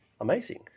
Amazing